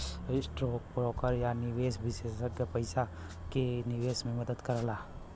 stock broker या निवेश विषेसज्ञ पइसा क निवेश में मदद करला